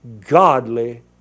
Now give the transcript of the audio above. godly